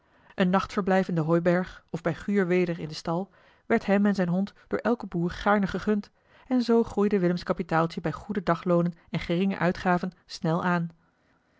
een nachtverblijf in de hooiberg of bij guur weder in den stal werd hem en zijn hond door elken boer gaarne gegund en zoo groeide willems kapitaaltje bij goede dagloonen en geringe uitgaven snel aan